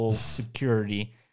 security